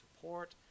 support